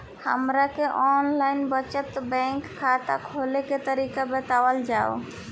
हमरा के online बचत बैंक खाता खोले के तरीका बतावल जाव?